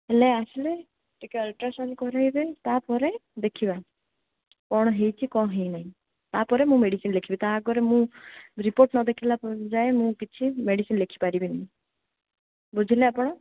ହେଲେ ଆସିଲେ ଟିକେ ଅଲଟ୍ରାସାଉଣ୍ଡ୍ କରାଇବେ ତା'ପରେ ଦେଖିବା କ'ଣ ହେଇଛି କ'ଣ ହେଇନାହିଁ ତା'ପରେ ମୁଁ ମେଡ଼ିସିନ ଲେଖିବି ତା ଆଗୁରୁ ମୁଁ ରିପୋର୍ଟ ନଦେଖିଲା ଯାଏଁ ମୁଁ କିଛି ମେଡ଼ିସିନ ଲେଖି ପାରିବିନି ବୁଝିଲେ ଆପଣ